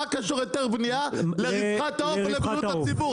מה קשור היתר הבנייה לרווחת העוף ולבריאות הציבור?